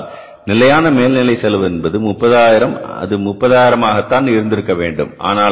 ஏனென்றால் நிலையான மேல்நிலை செலவு என்பது 30000 அது 30000 ஆக தான் இருந்திருக்க வேண்டும்